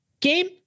game